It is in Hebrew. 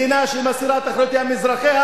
מדינה שמסירה את אחריותה מאזרחיה,